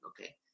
okay